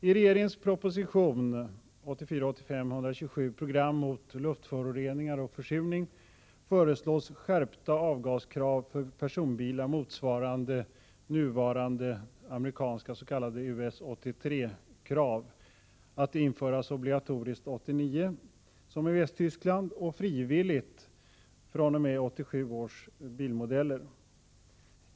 I regeringens proposition 1984/85:127, Program mot luftföroreningar och försurning, föreslås skärpta avgasreningskrav för personbilar, motsvarande nuvarande amerikanska s.k. USA 83-krav, att införas obligatoriskt 1989, som i Västtyskland, och frivilligt fr.o.m. 1987 års bilmodeller.